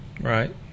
Right